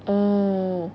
oh